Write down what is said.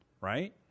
Right